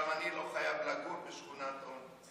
גם אני לא חייב לגור בשכונת עוני.